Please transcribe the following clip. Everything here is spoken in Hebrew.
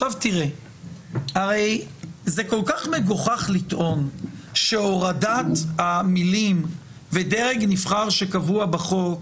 זה כל כך מגוחך לטעון שהורדת המילים "ודרג נבחר שקבוע בחוק",